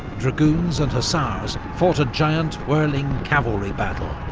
dragoons and hussars fought a giant, whirling cavalry battle,